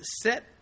set